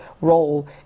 role